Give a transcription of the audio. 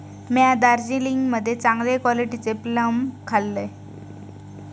म्या दार्जिलिंग मध्ये चांगले क्वालिटीचे प्लम खाल्लंय